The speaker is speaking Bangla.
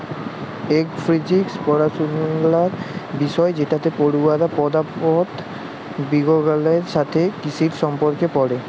এগ্র ফিজিক্স পড়াশলার বিষয় যেটতে পড়ুয়ারা পদাথথ বিগগালের সাথে কিসির সম্পর্ক পড়ে